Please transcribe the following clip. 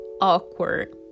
awkward